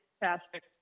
fantastic